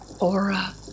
aura